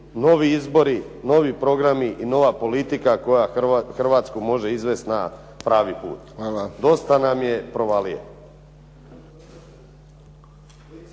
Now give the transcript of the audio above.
novi izbori, novi programi i nova politika koja Hrvatsku može izvesti na pravi put. Dosta nam je provalije.